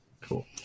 Cool